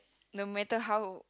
no matter how